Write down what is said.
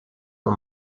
for